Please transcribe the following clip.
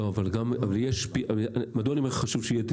לא, אבל מדוע אני אומר שחשוב שיהיה --- הזה?